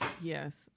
yes